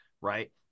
Right